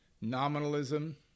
nominalism